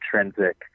intrinsic